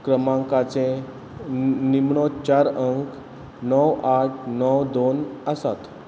क्रमांकाचे निमाणे चार अंक णव आठ णव दोन आसात